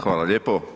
Hvala lijepo.